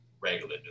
regular